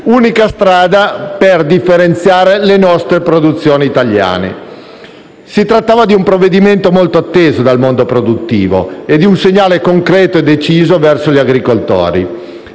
unica strada per differenziare le nostre produzioni italiane. Si trattava di un provvedimento molto atteso dal mondo produttivo e di un segnale concreto e deciso verso gli agricoltori.